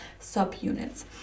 subunits